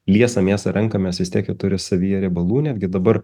liesą mėsą renkamės vistiek ji turi savyje riebalų netgi dabar